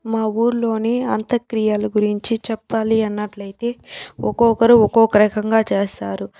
మా ఊర్లోని అంత్యక్రియలు గురించి చెప్పాలి అన్నట్లయితే ఒకొక్కరు ఒకొక్క రకంగా చేస్తారు